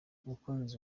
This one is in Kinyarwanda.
umukunzi